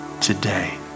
today